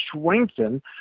strengthen